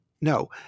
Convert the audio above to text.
no